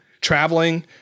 traveling